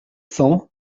cents